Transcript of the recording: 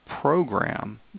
program